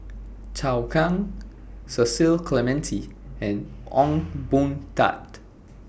Zhou Can Cecil Clementi and Ong Boon Tat